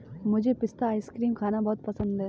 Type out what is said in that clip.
मुझे पिस्ता आइसक्रीम खाना बहुत पसंद है